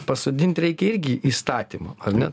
pasodint reikia irgi įstatymo ar ne